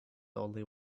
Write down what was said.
only